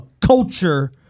culture